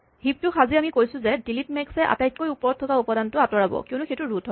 heap টো সাজি আমি কৈছো যে ডিলিট মেক্স এ আটাইতকৈ ওপৰত থকা উপাদানটো আঁতৰাব কিয়নো সেইটো ৰোট হয়